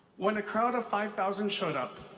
when a crowd of five thousand showed up,